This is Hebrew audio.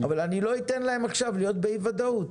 אבל אני לא אתן להם עכשיו להיות באי וודאות,